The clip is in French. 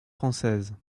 française